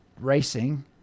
racing